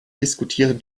diskutieren